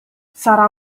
sarà